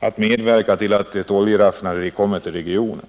att medverka till att ett oljeraffinaderi förläggs till regionen.